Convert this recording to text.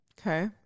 Okay